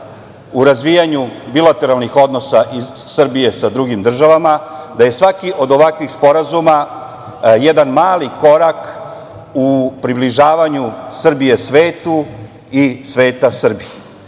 u razvijanju bilateralnih odnosa Srbije sa drugim državama, i da je svaki od ovakvih sporazuma jedan mali korak u približavanju Srbije svetu i sveta Srbiji.